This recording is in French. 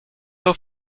nos